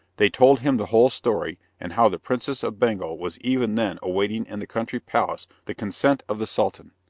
they told him the whole story, and how the princess of bengal was even then awaiting in the country palace the consent of the sultan,